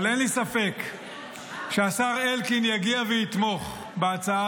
אבל אין לי ספק שהשר אלקין יגיע ויתמוך בהצעה